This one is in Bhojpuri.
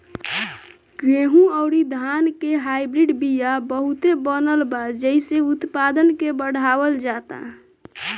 गेंहू अउरी धान के हाईब्रिड बिया बहुते बनल बा जेइसे उत्पादन के बढ़ावल जाता